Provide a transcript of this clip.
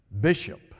bishop